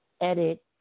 edit